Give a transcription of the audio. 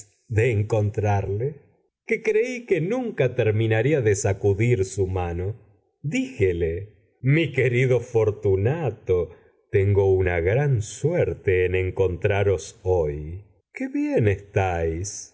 de encontrarle que creí que nunca terminaría de sacudir su mano díjele mi querido fortunato tengo una gran suerte en encontraros hoy qué bien estáis